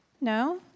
No